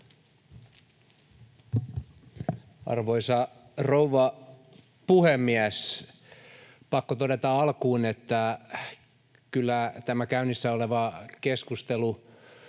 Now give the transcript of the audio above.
Arvoisa rouva puhemies! Pakko todeta alkuun, että kyllä tämä käynnissä oleva keskustelu